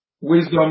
wisdom